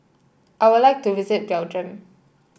I would like to visit Belgium